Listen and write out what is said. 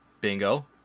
Bingo